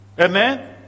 Amen